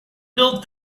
build